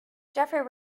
jeffery